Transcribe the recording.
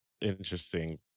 interesting